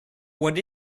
what